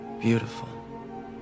beautiful